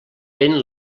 vent